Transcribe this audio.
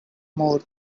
more